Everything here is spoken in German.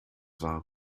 war